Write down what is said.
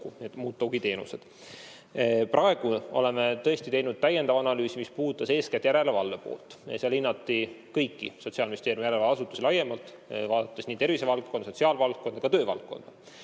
ja muud tugiteenused. Praegu oleme tõesti teinud täiendava analüüsi, mis puudutas eeskätt järelevalve poolt. Seal hinnati kõiki Sotsiaalministeeriumi järelevalveasutusi laiemalt, vaadati nii tervisevaldkonda, sotsiaalvaldkonda kui ka töövaldkonda.